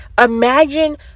Imagine